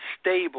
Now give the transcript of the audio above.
stable